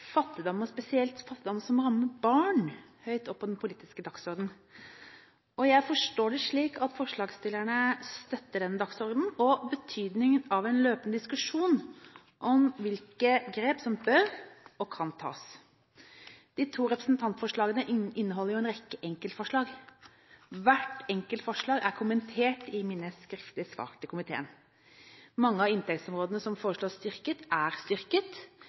fattigdom, og spesielt fattigdom som har med barn å gjøre, høyt opp på den politiske dagsordenen. Jeg forstår det slik at forslagsstillerne støtter denne dagsordenen og betydningen av en løpende diskusjon om hvilke grep som bør og kan tas. De to representantforslagene inneholder en rekke enkeltforslag. Hvert enkeltforslag er kommentert i mine skriftlige svar til komiteen. Mange av inntektsområdene som foreslås styrket, er styrket